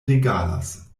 regalas